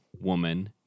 woman